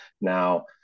now